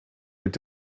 mit